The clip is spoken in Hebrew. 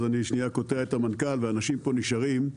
אני קוטע את המנכ"ל והאנשים פה נשארים,